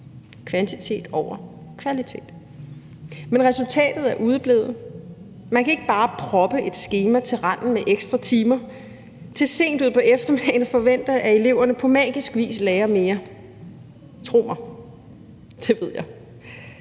kvantitet over kvalitet. Men resultatet er udeblevet. Man kan ikke bare proppe et skema til randen med ekstra timer til sent ud på eftermiddagen og forvente, at eleverne på magisk vis lærer mere. Tro mig, det ved jeg.